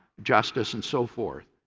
justice and so forth.